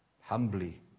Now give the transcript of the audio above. humbly